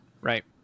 right